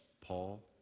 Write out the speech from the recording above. Paul